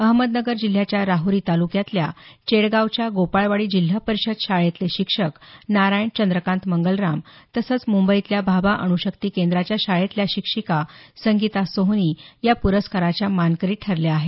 अहमदनगर जिल्ह्याच्या राहरी तालुक्यातल्या चेडगावच्या गोपाळवाडी जिल्हा परिषद शाळेतले शिक्षक नारायण चंद्रकांत मंगलराम तसंच मुंबईतल्या भाभा अण्शक्ती केंद्राच्या शाळेतील शिक्षिका संगीता सोहनी या प्रस्काराच्या मानकरी ठरल्या आहेत